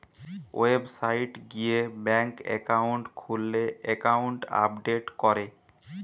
website গিয়ে bank account খুললে account update করে